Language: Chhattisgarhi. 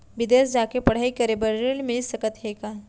बिदेस जाके पढ़ई करे बर ऋण मिलिस सकत हे का?